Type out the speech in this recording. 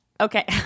Okay